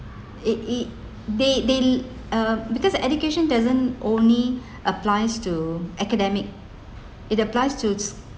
it it they they uh because education doesn't only applies to academic it applies to